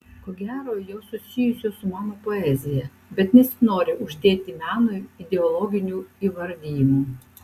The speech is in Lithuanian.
ko gero jos susijusios su mano poezija bet nesinori uždėti menui ideologinių įvardijimų